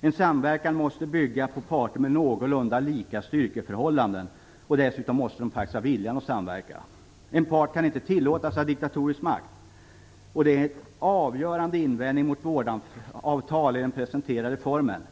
En samverkan måste bygga på parter med någorlunda lika styrkeförhållanden. Dessutom måste de ha viljan att samverka. En part kan inte tillåtas ha diktatorisk makt. Det är en avgörande invändning mot vårdavtal i den presenterade formen.